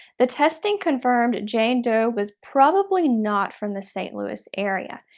the testing confirmed jane doe was probably not from the st. louis area.